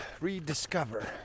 rediscover